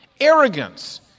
Arrogance